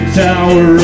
tower